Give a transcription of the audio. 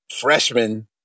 freshman